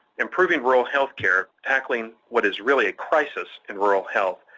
improving rural health care, tackling what is really a crisis in rural health,